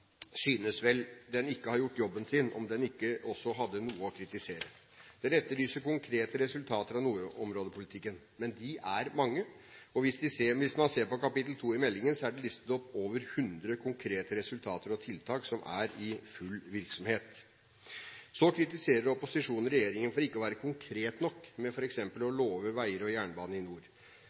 synes vel den ikke hadde gjort jobben sin om den ikke også hadde noe å kritisere. Den etterlyser konkrete resultater av nordområdepolitikken. De er mange. Hvis man ser på kapittel 2 i meldingen, er det listet opp over 100 konkrete resultater og tiltak som er i full virksomhet. Så kritiserer opposisjonen regjeringen for ikke å være konkret nok, med f.eks. å love veier og jernbane i nord.